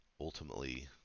ultimately